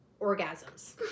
Orgasms